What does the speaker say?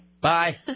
Bye